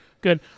good